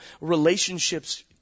relationships